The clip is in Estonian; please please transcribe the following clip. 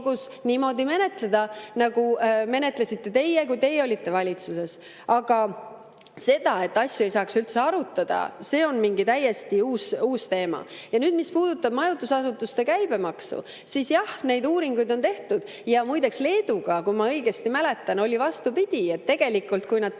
niimoodi menetleda, nagu menetlesite teie, kui teie olite valitsuses. Aga see, et asju ei saa üldse arutada, on täiesti mingi uus teema. Mis puudutab majutusasutuste käibemaksu, siis jah, neid uuringuid on tehtud. Ja muide Leeduga, kui ma õigesti mäletan, oli vastupidi: kui nad tõstsid